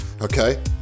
Okay